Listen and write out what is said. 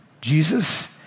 Jesus